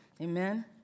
Amen